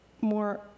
more